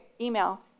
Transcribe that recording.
email